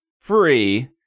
free